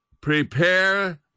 prepare